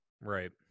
right